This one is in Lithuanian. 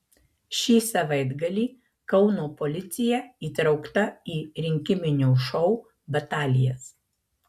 šį savaitgalį kauno policija įtraukta į rinkiminio šou batalijas